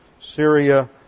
Syria